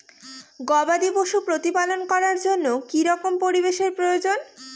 গবাদী পশু প্রতিপালন করার জন্য কি রকম পরিবেশের প্রয়োজন?